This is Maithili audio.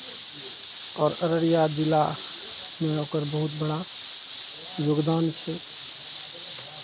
आओर अररिया जिलामे ओकर बहुत बड़ा योगदान छै